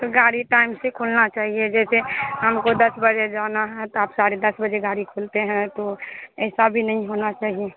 तो गाड़ी टाइम से खोलना चाहिए जैसे हमको दस बजे जाना है तो आप साढ़े दस बजे गाड़ी खोलते हैं तो ऐसा भी नहीं होना चाहिए